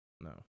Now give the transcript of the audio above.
no